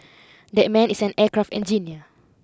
that man is an aircraft engineer